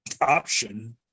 option